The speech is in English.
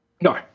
No